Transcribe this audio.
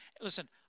Listen